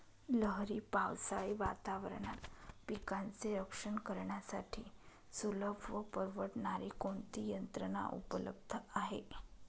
लहरी पावसाळी वातावरणात पिकांचे रक्षण करण्यासाठी सुलभ व परवडणारी कोणती यंत्रणा उपलब्ध आहे?